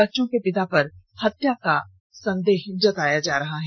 बच्चों के पिता पर हत्या का संदेह जताया जा रहा है